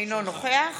אינו נוכח